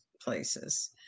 places